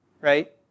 Right